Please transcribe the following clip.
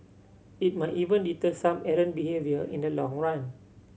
it might even deter some errant behaviour in the long run